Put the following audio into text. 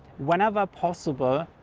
whenever possible,